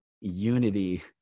unity